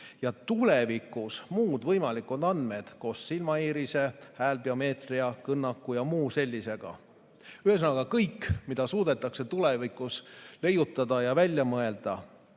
ja tulevikus muud võimalikud andmed koos silmaiirise, häälbiomeetria, kõnnaku ja muu sellisega. Ühesõnaga kõik, mida suudetakse tulevikus leiutada ja välja mõelda.